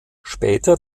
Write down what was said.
später